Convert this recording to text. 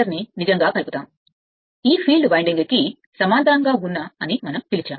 ను నిజంగా కలుపుతుంది ఈ ఫీల్డ్ వైండింగ్కు సమాంతరంగా ఉన్న డైవర్టర్ అని మనం పిలిచాము